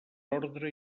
ordre